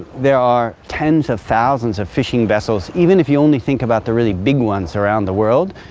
there are tens of thousands of fishing vessels, even if you only think about the really big ones around the world,